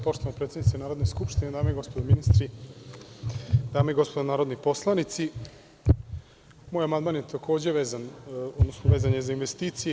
Poštovana predsednice Narodne skupštine, dame i gospodo ministri, dame i gospodo narodni poslanici, moj amandman je takođe vezan za investicije.